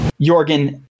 Jorgen